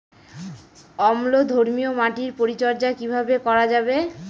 অম্লধর্মীয় মাটির পরিচর্যা কিভাবে করা যাবে?